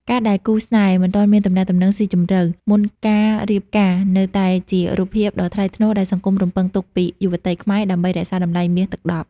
ការដែលគូស្នេហ៍ "មិនទាន់មានទំនាក់ទំនងស៊ីជម្រៅ" មុនការរៀបការ នៅតែជារូបភាពដ៏ថ្លៃថ្នូរដែលសង្គមរំពឹងទុកពីយុវតីខ្មែរដើម្បីរក្សាតម្លៃមាសទឹកដប់។